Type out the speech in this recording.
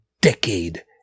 decade